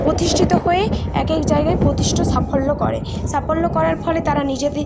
প্রতিষ্ঠিত হয়ে এক এক জায়গায় প্রতিষ্ঠা সাফল্য করে সাফল্য করার ফলে তারা নিজেদের